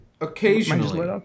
occasionally